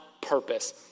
purpose